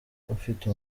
ufite